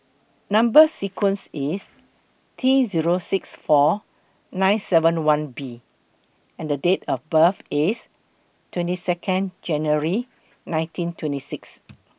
Number sequence IS T three Zero six four nine seven one B and Date of birth IS twenty Second January nineteen twentysix